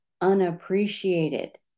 unappreciated